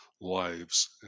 lives